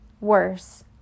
worse